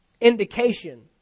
indication